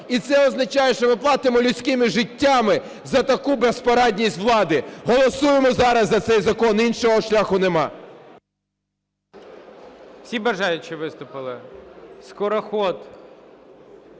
і це означає, що ми платимо людськими життями за таку безпорадність влади. Голосуємо зараз за цей закон, іншого шляху немає. 11:51:35 ГОЛОВУЮЧИЙ. Всі бажаючі виступили? Скороход,